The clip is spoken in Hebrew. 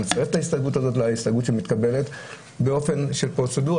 אתה מצרף את ההסתייגות הזאת להסתייגות שמתקבלת באופן של פרוצדורה